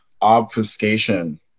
obfuscation